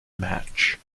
match